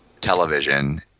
Television